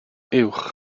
uwch